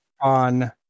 on